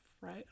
right